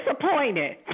disappointed